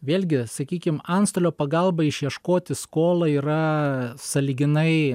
vėlgi sakykim antstolio pagalba išieškoti skolą yra sąlyginai